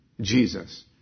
Jesus